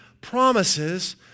promises